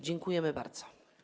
Dziękujemy bardzo.